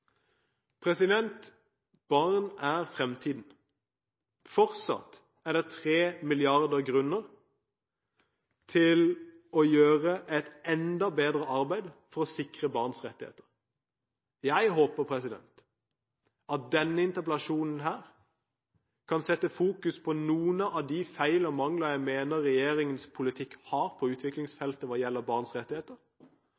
Barn er fremtiden. Fortsatt er det tre milliarder grunner til å gjøre et enda bedre arbeid for å sikre barns rettigheter. Jeg håper at denne interpellasjonen kan sette i fokus noen av de feil og mangler jeg mener regjeringens politikk har på